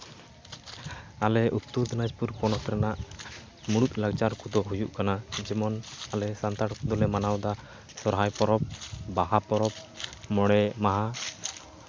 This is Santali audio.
ᱟᱞᱮ ᱩᱛᱛᱚᱨ ᱫᱤᱱᱟᱡᱽᱯᱩᱨ ᱯᱚᱱᱚᱛ ᱨᱮᱱᱟᱜ ᱢᱩᱬᱩᱫ ᱞᱟᱠᱪᱟᱨ ᱠᱚᱫᱚ ᱦᱩᱭᱩᱜ ᱠᱟᱱᱟ ᱡᱮᱢᱚᱱ ᱟᱞᱮ ᱥᱟᱱᱛᱟᱲ ᱠᱚᱫᱚᱞᱮ ᱢᱟᱱᱟᱣᱫᱟ ᱥᱚᱨᱦᱟᱭ ᱯᱚᱨᱚᱵᱽ ᱵᱟᱦᱟ ᱯᱚᱨᱚᱵᱽ ᱢᱚᱬᱮ ᱢᱟᱦᱟ